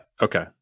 Okay